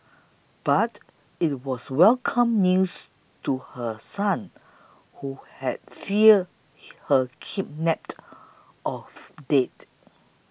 but it was welcome news to her son who had feared her kidnapped or dead